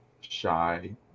shy